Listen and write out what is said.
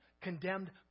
condemned